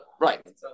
Right